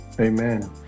Amen